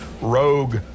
rogue